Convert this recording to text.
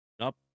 up